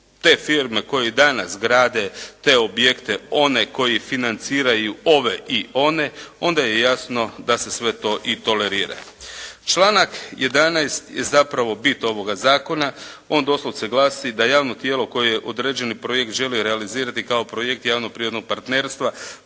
te firme koje i danas grade te objekte, one koji financiraju ove i one, onda je jasno da se sve to i tolerira. Članak 11. je zapravo bit ovoga zakona, on doslovce glasi da javno tijelo koje određeni projekt želi realizirati kao projekt javno-privatnog partnerstva